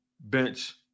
bench